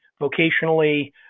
vocationally